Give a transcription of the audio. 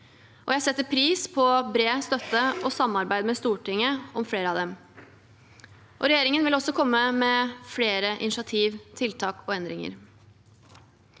4981 på bred støtte til og samarbeid med Stortinget om flere av dem. Regjeringen vil komme med flere initiativ, tiltak og endringer.